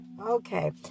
Okay